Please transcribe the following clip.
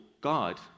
God